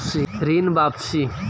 ऋण वापसी?